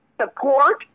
support